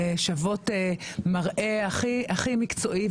לשוות מראה הכי מקצועי,